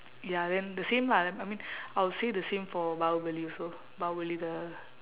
ya then the same lah I mean I would say the same for bahubali also bahubali the